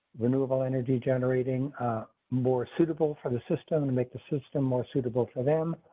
renewable energy generating more suitable for the system to make the system more suitable for them.